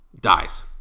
dies